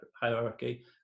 hierarchy